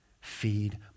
feed